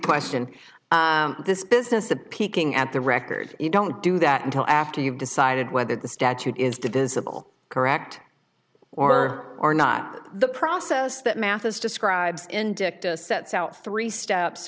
question this business a peeking at the record you don't do that until after you've decided whether the statute is divisible correct or are not the process that matters describes in dicta sets out three steps